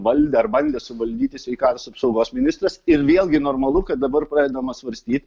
valdė ar bandė suvaldyti sveikatos apsaugos ministras ir vėlgi normalu kad dabar pradedama svarstyt